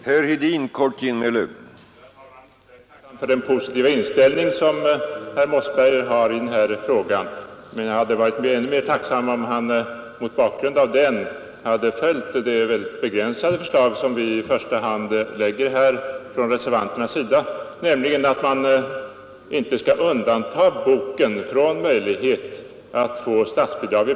Herr talman! Jag är tacksam för den positiva inställning som herr Mossberger har i den här frågan. Men jag hade varit ännu mer tacksam, om han mot bakgrund av den hade följt det begränsade förslag som vi reservanter i första hand lägger fram, nämligen att man inte skall undanta plantering av bok från möjlighet till statsbidrag.